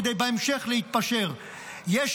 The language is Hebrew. כדי להתפשר בהמשך,